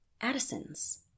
Addison's